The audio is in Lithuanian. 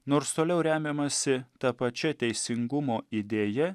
nors toliau remiamasi ta pačia teisingumo idėja